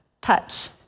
touch